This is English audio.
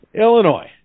Illinois